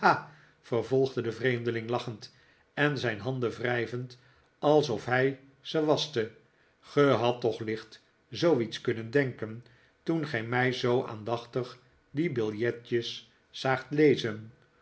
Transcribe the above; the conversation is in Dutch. vervolgde de vreemdeling lachend en zijn handen wrijvend alsof hij ze waschte gij hadt toch licht zooiets kunnen denken toen gij mij zoo aandachtig die biljetjes zaagt lezen